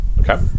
Okay